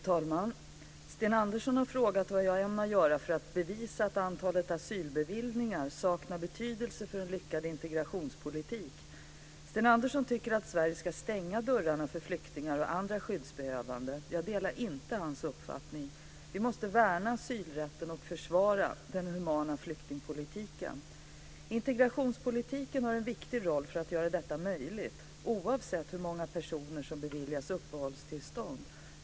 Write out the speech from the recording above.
Fru talman! Sten Andersson har frågat vad jag ämnar göra för att bevisa att antalet asylbeviljningar saknar betydelse för en lyckad integrationspolitik. Sten Andersson tycker att Sverige ska stänga dörrarna för flyktingar och andra skyddsbehövande. Jag delar inte hans uppfattning. Vi måste värna asylrätten och försvara den humana flyktingpolitiken. Integrationspolitiken har en viktig roll när det gäller att göra detta möjligt, oavsett hur många personer som beviljas uppehållstillstånd.